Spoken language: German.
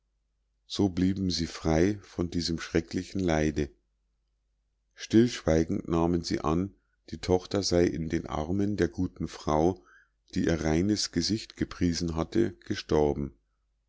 so blieben sie frei von diesem schrecklichen leide stillschweigend nahmen sie an die tochter sei in den armen der guten frau die ihr reines gesicht gepriesen hatte gestorben